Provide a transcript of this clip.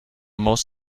most